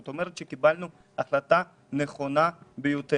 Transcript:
זאת אומרת שקיבלנו החלטה נכונה ביותר.